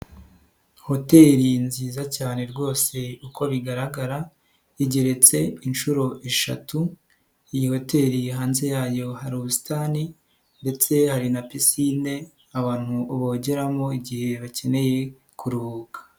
Hoteri nziza cyane rwose uko bigaragara igeretse inshuro eshatu, iyi hoteli hanze yayo hari ubusitani ndetse hari na pisine abantu bogeramo igihe bakeneye kuruhuka.